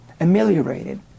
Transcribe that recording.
ameliorated